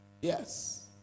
Yes